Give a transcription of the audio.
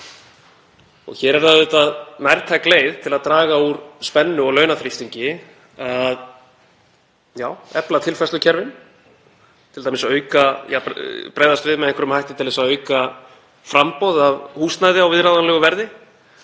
er það auðvitað nærtæk leið til að draga úr spennu og launaþrýstingi að efla tilfærslukerfin, t.d. að bregðast við með einhverjum hætti til að auka framboð af húsnæði á viðráðanlegu verði